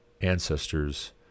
ancestors